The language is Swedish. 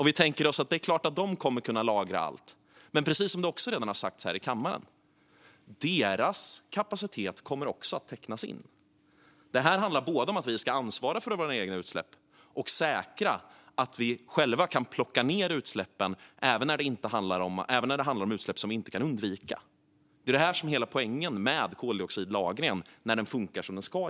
Vi tänker att det är klart att de kommer att kunna lagra allt, men precis som redan har sagts här i kammaren kommer också deras kapacitet att tecknas in. Det handlar både om att vi ska ansvara för våra egna utsläpp och om att säkra att vi själva kan få ned utsläppen, även när det handlar om utsläpp som vi inte kan undvika. Det är detta som är hela poängen med koldioxidlagring, när den funkar som den ska.